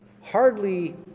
Hardly